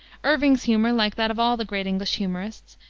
irving's humor, like that of all the great english humorists,